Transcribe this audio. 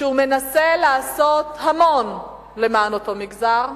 מנסה לעשות למען אותו מגזר,